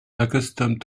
accustomed